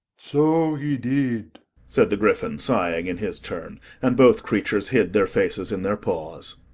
so he did said the gryphon, sighing in his turn and both creatures hid their faces in their paws.